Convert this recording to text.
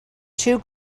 two